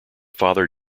father